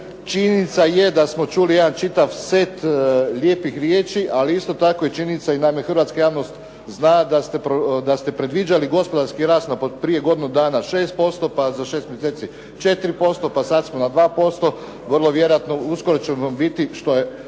Činjenica je da smo čuli jedan čitav set lijepih riječi ali isto tako je činjenice i naime hrvatska javnost zna da ste predviđali gospodarski rast prije godinu dana 6%, pa za 6 mjeseci 4%, pa sad smo na 2%. Vrlo vjerojatno uskoro ćemo biti što je